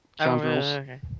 Okay